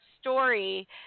story